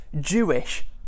Jewish